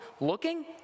looking